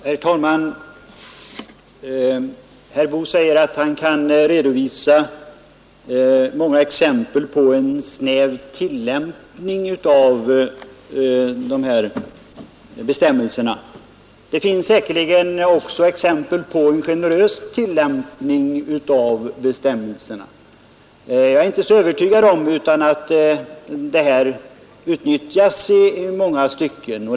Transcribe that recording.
Herr talman! Herr Boo säger att han kan anföra många exempel på en snäv tillämpning av de bestämmelser det här gäller. Ja, men det finns säkerligen också många exempel på generösa tillämpningar. Och jag är inte alldeles övertygad om att inte möjligheterna i många fall har utnyttjats litet väl mycket.